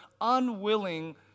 unwilling